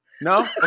No